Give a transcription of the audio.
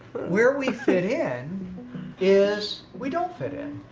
where we fit in is, we don't fit in,